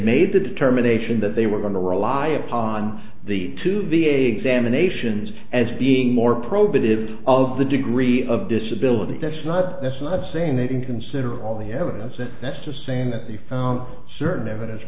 made the determination that they were going to rely upon the to the examinations as being more probative of the degree of disability that's not that's not saying they can consider all the evidence and that's just saying that they found certain evidence